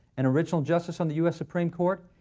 an original justice on the u s. supreme court,